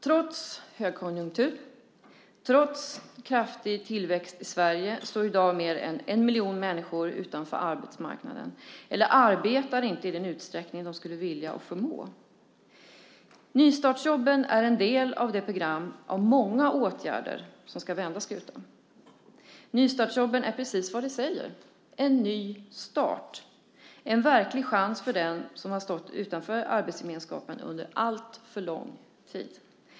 Trots högkonjunktur och trots kraftig tillväxt i Sverige står i dag mer än en miljon människor utanför arbetsmarknaden eller arbetar inte i den utsträckning de skulle vilja och förmå. Nystartsjobben är en del av det program, bestående av många åtgärder, som ska vända skutan. Nystartsjobben är precis vad de heter: en ny start, en verklig chans för den som har stått utanför arbetsgemenskapen under alltför lång tid.